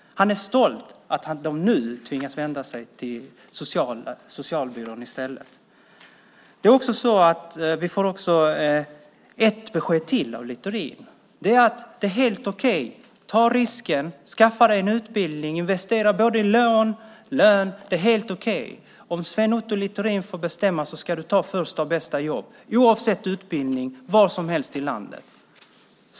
Han är stolt över att de här människorna nu i stället tvingas vända sig till socialbyrån. Ett besked till får vi av Littorin: Det är helt okej. Ta risken och skaffa dig en utbildning och investera i både lån och lön! Det är helt okej. Om Sven Otto Littorin får bestämma ska du ta första bästa jobb, oavsett utbildning och var som helst i landet.